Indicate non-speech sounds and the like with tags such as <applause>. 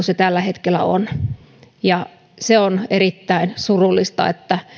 <unintelligible> se tällä hetkellä on se on erittäin surullista että